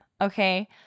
Okay